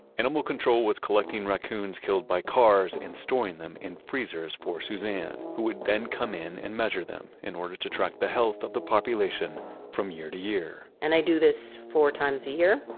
animal control was collecting raccoons killed by cars and storing them in freezers for suzanne, who would then come in and measure them in order to track the health of the population from year to year and i do this four times a year.